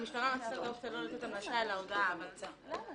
בואו